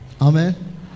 Amen